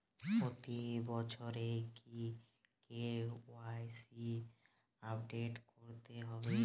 প্রতি বছরই কি কে.ওয়াই.সি আপডেট করতে হবে?